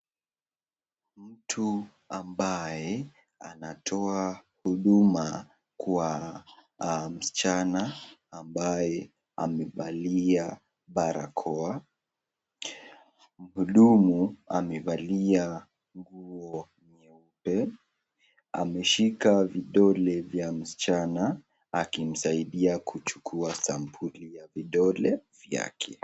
Mtu ambaye anatoa huduma kwa msichana ambaye amevalia barakoa, mhudumu amevalia nguo nyeupe ameshika vidole vya msichana akimsaidia kuchukua sampuli ya vidole vyake.